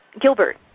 Gilbert